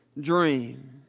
dream